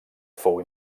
fou